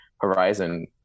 horizon